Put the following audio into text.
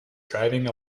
driving